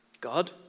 God